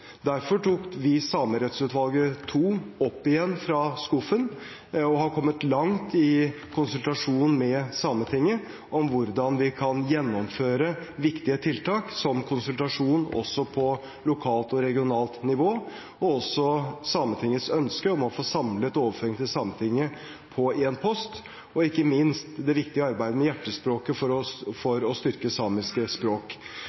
Derfor tok vi rapporten fra Samerettsutvalget II opp igjen fra skuffen og har kommet langt i konsultasjonen med Sametinget om hvordan vi kan gjennomføre viktige tiltak, som konsultasjon også på lokalt og regionalt nivå, Sametingets ønske om å få samlet overføringene til Sametinget under én post og, ikke minst, det viktige arbeidet med Hjertespråket for å styrke samiske språk.